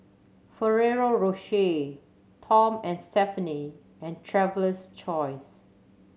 Ferrero Rocher Tom and Stephanie and Traveler's Choice